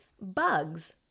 Bugs